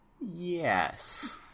Yes